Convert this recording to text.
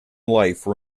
life